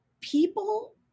people